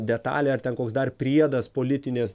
detalė ar ten koks dar priedas politinis